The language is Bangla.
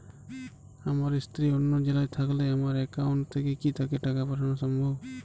আমার স্ত্রী অন্য জেলায় থাকলে আমার অ্যাকাউন্ট থেকে কি তাকে টাকা পাঠানো সম্ভব?